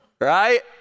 right